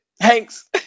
Hanks